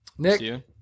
Nick